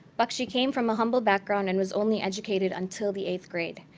bakshi came from a humble background, and was only educated until the eighth grade.